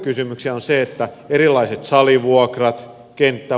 sitten on muita syitä